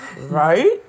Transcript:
Right